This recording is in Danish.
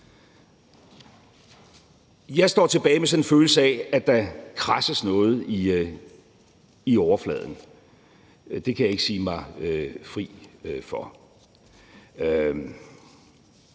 Jeg står tilbage med sådan en følelse af, at der kradses noget i overfladen – det kan jeg ikke sige mig fri for